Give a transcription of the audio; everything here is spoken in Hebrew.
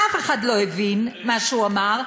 אף אחד לא הבין מה שהוא אמר,